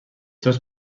seus